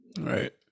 right